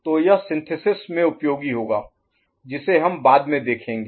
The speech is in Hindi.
तो यह सिंथेसिस में उपयोगी होगा जिसे हम बाद में देखेंगे